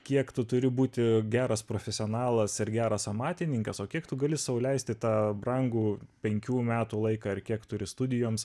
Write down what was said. kiek tu turi būti geras profesionalas ir geras amatininkas o kiek tu gali sau leisti tą brangų penkių metų laiką ar kiek turi studijoms